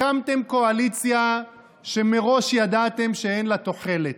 הקמתם קואליציה שמראש ידעתם שאין לה תוחלת,